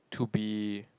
to be